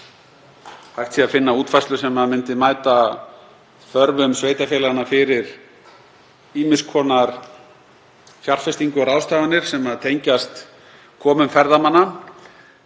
hægt sé að finna útfærslu sem myndi mæta þörfum sveitarfélaganna fyrir ýmiss konar fjárfestingu og ráðstafanir sem tengjast komum ferðamanna.